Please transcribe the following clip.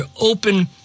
open